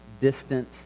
distant